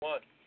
One